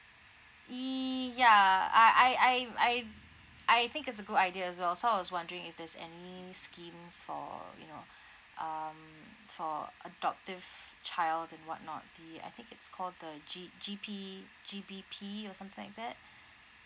ya uh I I I I think it's a good idea as well so I was wondering if there's any schemes for you know um for adoptive child and whatnot the I think it's called the G_G_P G_G_P or something like that